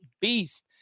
beast